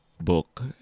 book